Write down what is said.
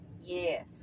Yes